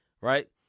Right